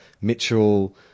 Mitchell